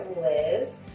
Liz